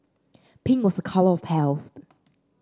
pink was a colour of health